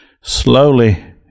slowly